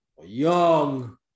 young